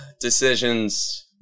decisions